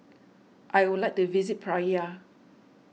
I would like to visit Praia